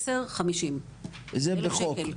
עשר 50,000 שקלים.